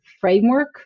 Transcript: framework